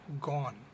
gone